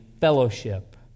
fellowship